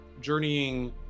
journeying